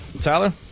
tyler